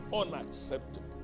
unacceptable